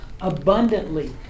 abundantly